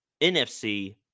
NFC